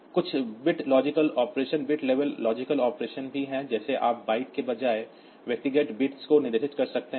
कुछ bit logic operation bit level logic operations भी हैं जैसे आप बाइट के बजाय व्यक्तिगत बिट्स को निर्दिष्ट कर सकते हैं